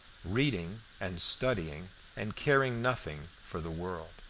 reading and studying and caring nothing for the world.